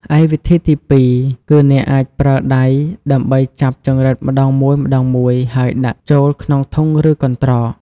ឯវិធីទីពីរ គឺអ្នកអាចប្រើដៃដើម្បីចាប់ចង្រិតម្តងមួយៗ ហើយដាក់ចូលក្នុងធុង ឬកន្ត្រក។